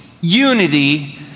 unity